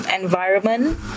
environment